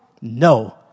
No